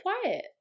quiet